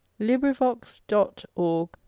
LibriVox.org